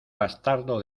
bastardo